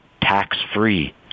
tax-free